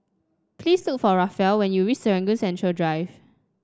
please look for Raphael when you reach Serangoon Central Drive